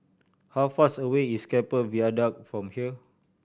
how far's away is Keppel Viaduct from here